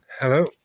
Hello